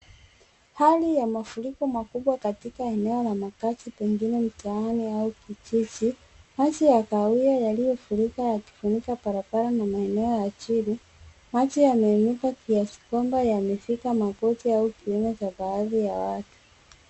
Hali ya mafuriko makubwa katika eneo la makazi pengine mtaani au kifusi, maji kahawia yaliyofurika yakifunika barabara na maeneo ya chini. Maji yameinuka kiasi kwamba yamefika magoti au kiuna cha baadhi ya watu.